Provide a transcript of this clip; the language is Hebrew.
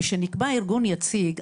משנקבע ארגון יציג,